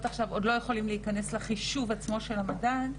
עכשיו עוד לא יכולים להיכנס לחישוב עצמו של המדד,